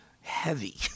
heavy